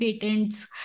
patents